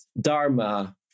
Dharma